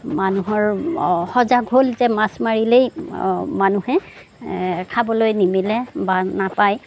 মানুহৰ সজাগ হ'ল যে মাছ মাৰিলেই মানুহে খাবলৈ নিমিলে বা নাপায়